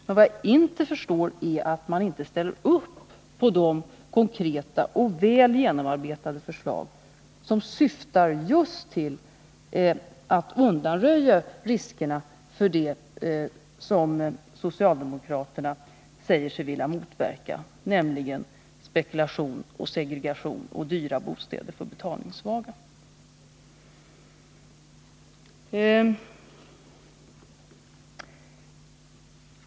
Men vad jag inte förstår är att de inte ställer upp på våra konkreta och väl genomarbetade förslag, som syftar — Villabeskatttill att undanröja riskerna för det som socialdemokraterna säger sig vilja motverka, nämligen spekulation, segregation och dyra bostäder för betalningssvaga.